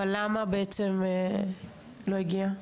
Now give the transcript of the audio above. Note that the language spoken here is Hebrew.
אבל למה בעצם זה לא הגיע?